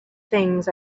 things